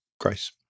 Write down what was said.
grace